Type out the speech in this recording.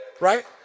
Right